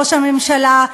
ראש הממשלה,